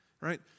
right